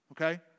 Okay